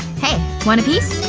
hey one of these?